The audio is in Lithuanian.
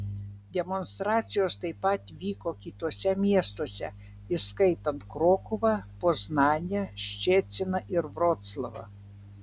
demonstracijos taip pat vyko kituose miestuose įskaitant krokuvą poznanę ščeciną ir vroclavą